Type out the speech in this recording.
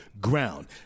ground